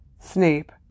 Snape